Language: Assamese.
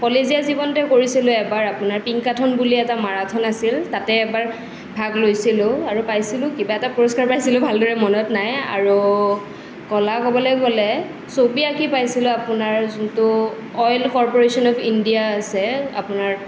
কলেজীয়া জীৱনতে কৰিছিলোঁ এবাৰ আপোনাৰ পিংকাথন বুলি এটা মাৰাথান আছিল তাতে এবাৰ ভাগ লৈছিলোঁ আৰু পাইছিলোঁ কিবা এটা পুৰস্কাৰ পাইছিলোঁ ভালদৰে মনত নাই আৰু কলা ক'বলৈ গ'লে ছবি আঁকি পাইছিলোঁ আপোনাৰ যোনটো অইল কৰ্পৰেশ্যন অফ ইণ্ডিয়া আছে আপোনাৰ